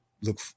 look